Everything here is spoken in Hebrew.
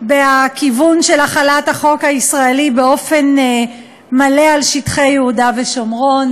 בכיוון של החלת החוק הישראלי באופן מלא על שטחי יהודה ושומרון.